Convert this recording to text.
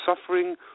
suffering